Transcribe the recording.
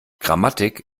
grammatik